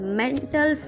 mental